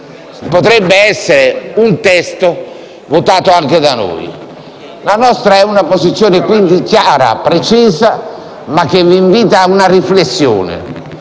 potrebbe essere un testo votato anche da noi. La nostra è una posizione chiara e precisa, ma che vi invita a una riflessione,